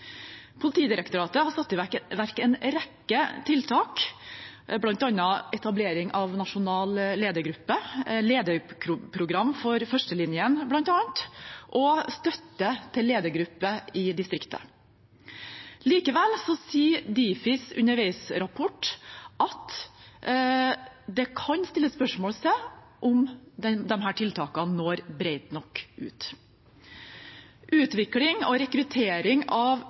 Politidirektoratet har satt i verk en rekke tiltak, bl.a. etablering av nasjonal ledergruppe, lederprogram for førstelinjen og støtte til ledergruppe i distriktene. Likevel sier Difis underveisrapport at det kan stilles spørsmål ved om tiltakene når bredt nok ut. Utvikling og rekruttering av